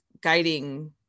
guiding